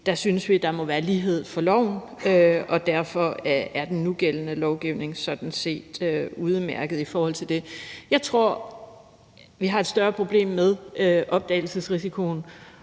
Der synes vi, at der må være lighed for loven, og derfor er den nugældende lovgivning sådan set udmærket i forhold til det. Jeg tror, at vi har et større problem med opdagelsesrisikoen